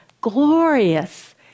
glorious